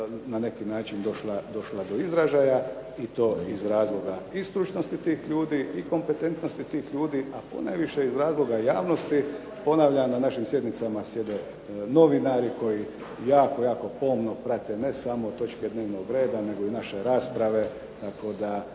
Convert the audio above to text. na neki način došla do izražaja i to iz razloga i stručnosti tih ljudi i kompetentnosti tih ljudi, a ponajviše iz razloga javnosti. Ponavljam na našim sjednicama sjede novinari koji jako, jako pomno prate ne samo točke dnevnog reda nego i naše rasprave tako da